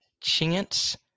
chance